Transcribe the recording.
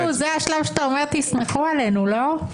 זה השלב שאתה אומר "תסמכו עלינו", לא?